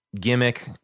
gimmick